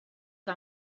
que